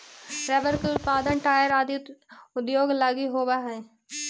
rubber के उत्पादन tyre आदि उद्योग लगी होवऽ हइ